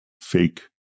fake